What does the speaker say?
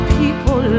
people